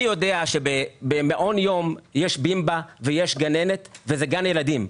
אני יודע שבמעון יום יש בימבה ויש גננת וזה גן ילדים.